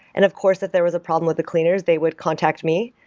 and of course, that there was a problem with the cleaners they would contact me.